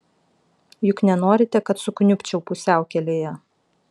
juk nenorite kad sukniubčiau pusiaukelėje